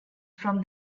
from